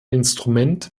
instrument